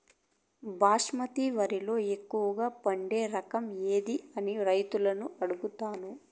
బాస్మతి వరిలో ఎక్కువగా పండే రకం ఏది అని రైతులను అడుగుతాను?